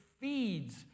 feeds